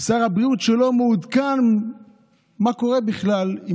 שר בריאות שלא מעודכן מה קורה בכלל עם